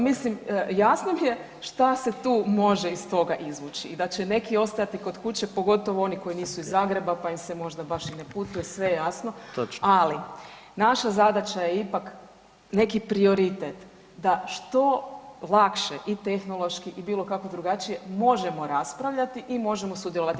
Mislim, jasno mi je šta se tu može iz toga izvući i da će neki ostajati kod kuće pogotovo oni koji nisu iz Zagreba pa im se možda baš i ne putuje, ali naša zadaća je ipak neki prioritet da što lakše i tehnološki i bilo kako drugačije možemo raspravljati i možemo sudjelovati.